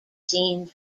scenes